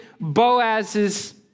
Boaz's